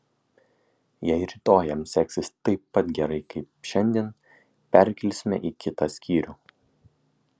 jei rytoj jam seksis taip pat gerai kaip šiandien perkelsime į kitą skyrių